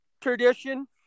Tradition